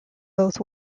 both